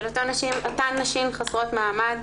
של אותן נשים חסרות מעמד